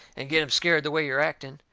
and get him scared the way you're acting.